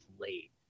late